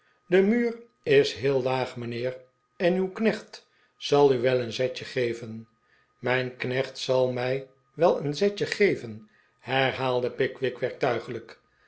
de muur is heel laag mijnheer en uw knecht zal u wel een zetje geven mijn knecht zal mij wel een zetje geven herhaalde pickwick